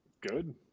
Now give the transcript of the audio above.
good